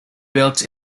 built